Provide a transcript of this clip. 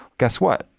guess what?